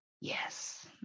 Yes